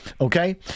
Okay